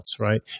right